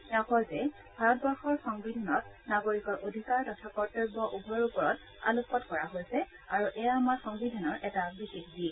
তেওঁ কয় যে ভাৰতবৰ্ষৰ সংবিধানত নাগৰিকৰ অধিকাৰ তথা কৰ্তব্য উভয়ৰ ওপৰত আলোকপাত কৰা হৈছে আৰু এয়া আমাৰ সংবিধানৰ এটা বিশেষ দিশ